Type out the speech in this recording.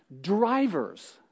drivers